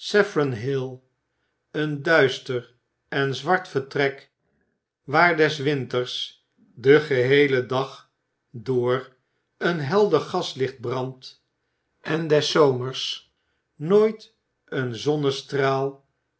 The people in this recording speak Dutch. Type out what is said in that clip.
een duister en zwart vertrek waar des winters den geheelen dag door een helder gaslicht brandt en des zomers nooit een zonnestraal